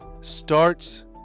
starts